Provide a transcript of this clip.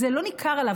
זה לא ניכר עליו.